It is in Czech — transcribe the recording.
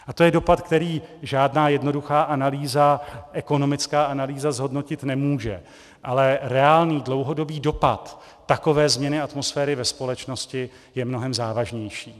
A to je dopad, který žádná jednoduchá ekonomická analýza zhodnotit nemůže, ale reálný dlouhodobý dopad takové změny atmosféry ve společnosti je mnohem závažnější.